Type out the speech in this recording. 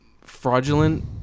fraudulent